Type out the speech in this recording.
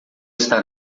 está